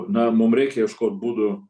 na mum reikia ieškot būdų